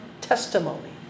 testimony